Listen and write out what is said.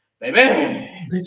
baby